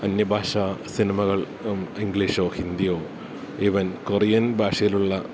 അന്യഭാഷാ സിനിമകൾ ഇംഗ്ലീഷോ ഹിന്ദിയോ ഈവൻ കൊറിയൻ ഭാഷയിലുള്ള